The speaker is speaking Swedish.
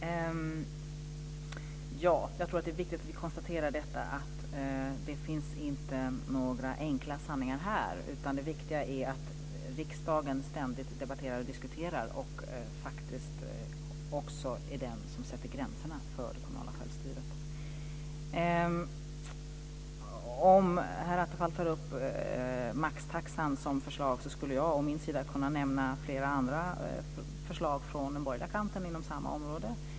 Herr talman! Jag tror att det är viktigt att vi konstaterar att det inte finns några enkla sanningar här utan att det viktiga är att riksdagen ständigt debatterar och diskuterar och faktiskt också är den som sätter gränserna för det kommunala självstyret. Om herr Attefall tar upp förslaget om maxtaxan som exempel, så skulle jag från min sida kunna nämna flera andra förslag från den borgerliga kanten inom samma område.